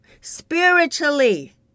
spiritually